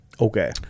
okay